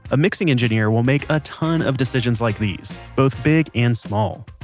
a mixing engineer will make a ton of decisions like these, both big and small.